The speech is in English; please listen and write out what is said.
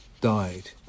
died